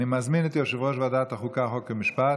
אני מזמין את יושב-ראש ועדת החוקה, חוק ומשפט